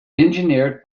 engineered